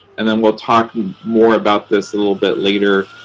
and then, we'll talk more about this a little bit later,